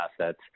assets